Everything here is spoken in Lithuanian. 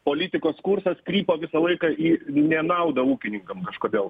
politikos kursas krypo visą laiką į nenaudą ūkininkam kažkodėl